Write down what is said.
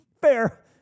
Fair